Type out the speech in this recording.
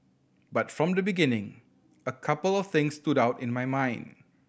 but from the beginning a couple of things stood out in my mind